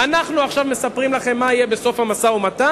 עכשיו אנחנו מספרים לכם מה יהיה בסוף המשא-ומתן,